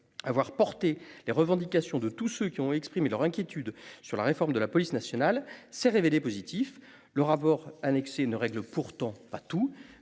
avoir porté les revendications de tous ceux qui ont exprimé leur inquiétude sur la réforme de la police nationale s'est révélé positif, le rapport annexé ne règle pourtant pas tout